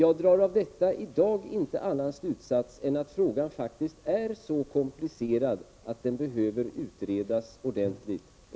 Av detta drar jag i dag inte någon annan slutsats än att frågan faktiskt är så komplicerad att den behöver utredas ordentligt.